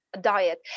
Diet